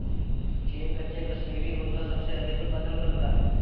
चीन कच्चे कश्मीरी ऊन का सबसे अधिक उत्पादन करता है